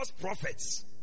prophets